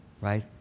Right